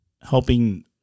helping